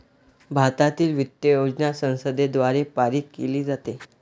भारतातील वित्त योजना संसदेद्वारे पारित केली जाते